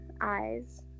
eyes